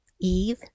Eve